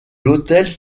hôtel